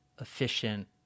efficient